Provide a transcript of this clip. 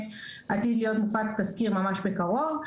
עתיד להיות מופץ תזכיר ממש בקרוב.